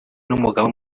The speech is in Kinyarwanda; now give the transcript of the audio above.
n’umugaba